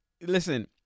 Listen